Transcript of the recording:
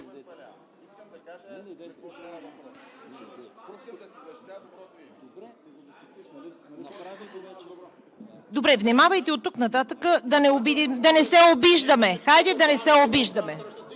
Добре, внимавайте от тук нататък да не се обиждаме. Хайде да не се обиждаме.